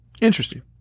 Interesting